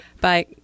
Bye